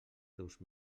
teus